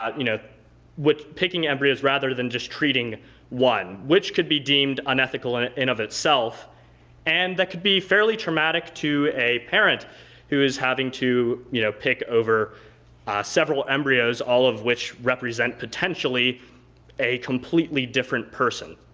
um you know picking embryos rather than just treating one which could be deemed unethical and in of itself and that could be fairly traumatic to a parent who is having to, you know, pick over several embryos all of which represent potentially a completely different person.